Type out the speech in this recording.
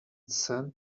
sent